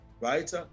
right